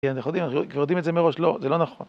כן, אנחנו יודעים, אנחנו כבר יודעים את זה מראש, לא, זה לא נכון.